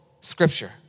scripture